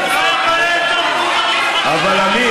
אבל אמיר,